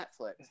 Netflix